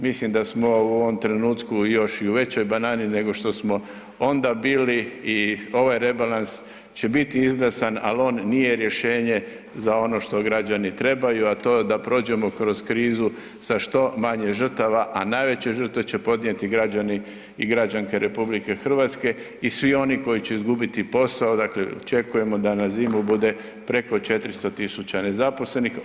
Mislim da smo u ovom trenutku još i u većoj banani nego što smo onda bili i ovaj rebalans će biti izglasan, al on nije rješenje za ono što građani trebaju, a to je da prođemo kroz krizu sa što manje žrtava, a najveće žrtve će podnijeti građani i građanke RH i svi oni koji će izgubiti posao, dakle očekujemo da na zimu bude preko 400 000 nezaposlenih.